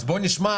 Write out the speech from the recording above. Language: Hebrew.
אז בוא נשמע,